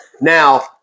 Now